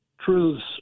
truths